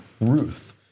Ruth